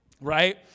Right